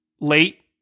late